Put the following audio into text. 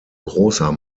großer